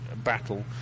Battle